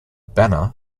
banner